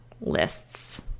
lists